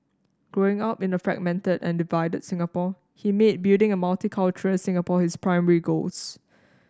growing up in a fragmented and divided Singapore he made building a multicultural Singapore his primary goals